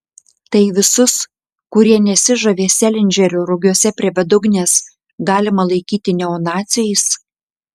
tai visus kurie nesižavi selindžerio rugiuose prie bedugnės galima laikyti neonaciais